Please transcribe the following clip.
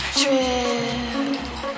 trip